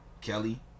Kelly